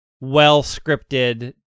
well-scripted